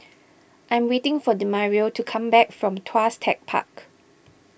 I am waiting for Demario to come back from Tuas Tech Park